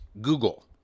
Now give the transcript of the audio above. Google